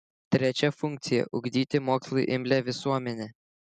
trečia funkcija ugdyti mokslui imlią visuomenę